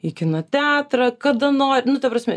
į kino teatrą kada nori nu ta prasme